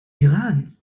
iran